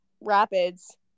Rapids